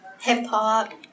Hip-hop